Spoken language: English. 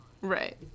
Right